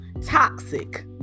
toxic